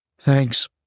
Thanks